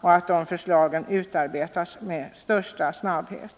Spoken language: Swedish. och att det sker med största snabbhet.